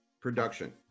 production